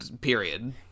period